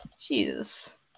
Jesus